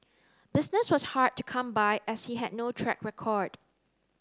business was hard to come by as he had no track record